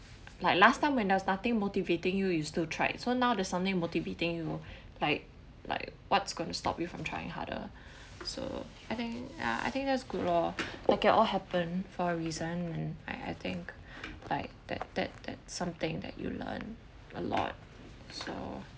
like last time when I was starting motivating you you still tried so now that something motivating you like like what's going to stop you from trying harder so I think ah I think that's good lor like it all happen for a reason and I I think like that that that something that you learn a lot so